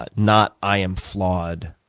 but not i am flawed